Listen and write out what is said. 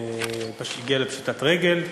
פשוט הגיע לפשיטת רגל,